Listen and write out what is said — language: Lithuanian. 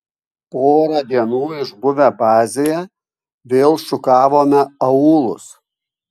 porą dienų išbuvę bazėje vėl šukavome aūlus